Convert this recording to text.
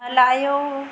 हलायो